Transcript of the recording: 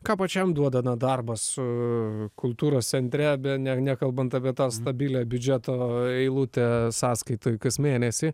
ką pačiam duoda darbas su kultūros centre nekalbant apie tą stabilią biudžeto eilutę sąskaitoj kas mėnesį